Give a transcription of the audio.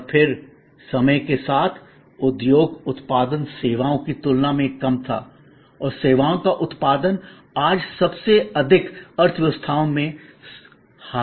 और फिर समय के साथ उद्योग उत्पादन सेवाओं की तुलना में कम था और सेवाओं का उत्पादन आज सबसे अधिक अर्थव्यवस्थाओं में सबसे अधिक हावी है